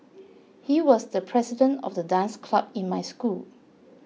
he was the president of the dance club in my school